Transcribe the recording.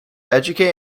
educate